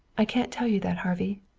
i can't tell you that, harvey.